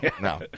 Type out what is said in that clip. No